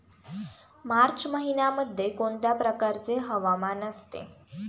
मार्च महिन्यामध्ये कोणत्या प्रकारचे हवामान असते?